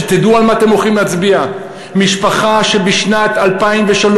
שתדעו על מה אתם הולכים להצביע: בשנת 2003,